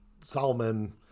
Solomon